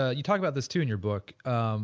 ah you talk about this too in your book, um